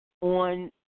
on